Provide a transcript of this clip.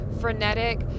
frenetic